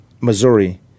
Missouri